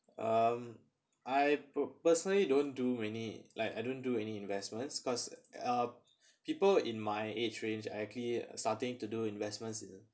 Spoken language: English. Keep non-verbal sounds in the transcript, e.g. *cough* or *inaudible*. um I per~ personally don't do many like I don't do any investments cause uh *breath* people in my age range actually starting to do investments in